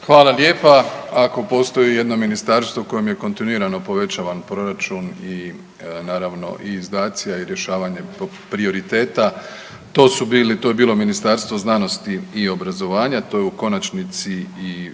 Hvala lijepa. Ako postoji ijedno ministarstvo kojem je kontinuirano povećavan proračun i naravno i izdaci, a i rješavanje tog prioriteta to su bili, to je bilo Ministarstvo znanosti i obrazovanja. To je u konačnici i